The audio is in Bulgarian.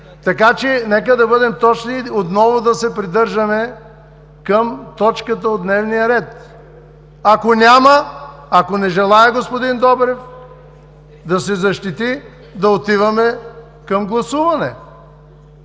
Така че нека да бъдем точни и отново да се придържаме към точката от дневния ред. Ако няма, ако не желае господин Добрев да се защити – да отиваме към гласуване!